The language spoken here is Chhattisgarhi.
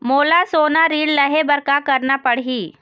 मोला सोना ऋण लहे बर का करना पड़ही?